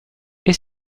est